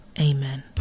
Amen